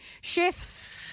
chefs